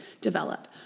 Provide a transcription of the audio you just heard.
develop